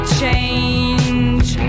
change